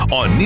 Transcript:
on